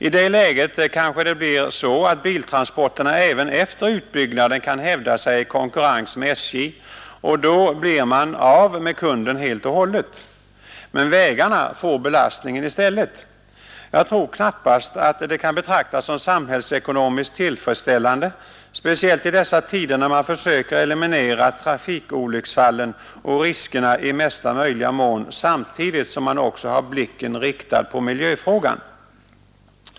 I det läget kanske det blir så att biltransporterna även efter utbyggnaden kan hävda sig i konkurrensen med SJ, och då blir SJ av med kunden helt och hållet. Men vägarna får belastningen i stället. Jag tror knappast att detta kan betraktas som samhällsekonomiskt tillfredsställande, speciellt i dessa tider när man försöker eliminera trafikolycksfallen och riskerna i mesta möjliga mån samtidigt som man också har blicken riktad på miljöfrågan.